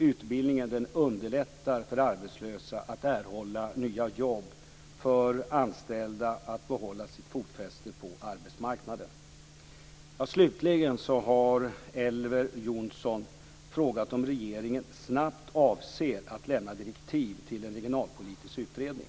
Utbildningen underlättar för arbetslösa att erhålla nya jobb och för anställda att behålla sitt fotfäste på arbetsmarknaden. Slutligen har Elver Jonsson frågat om regeringen snabbt avser att lämna direktiv till en regionalpolitisk utredning.